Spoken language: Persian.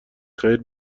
خیر